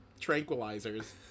tranquilizers